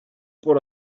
pour